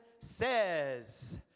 says